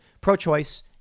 pro-choice